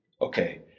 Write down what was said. okay